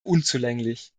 unzulänglich